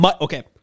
Okay